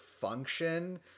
function